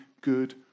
good